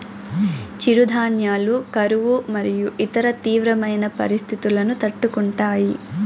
చిరుధాన్యాలు కరువు మరియు ఇతర తీవ్రమైన పరిస్తితులను తట్టుకుంటాయి